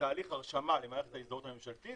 בתהליך הרשמה למערכת ההזדהות הממשלתית